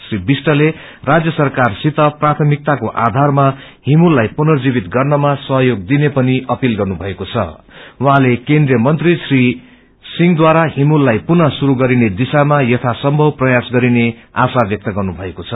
श्री विष्टले राज्य सरकारसित प्रायमिकताको आयारमा हिमूललाई पुर्नजीवित गर्नमा सहयो दिने पनि अपील गर्नुमएको छं उहाँले केन्द्रय मंत्री श्री सिंहद्वारा ष्ट्रिलाई पुनः शुरू गरिने दिशामा यथासम्भव प्रयास गरिने आशा व्यक्त गर्नुभएको छ